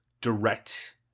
direct